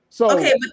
Okay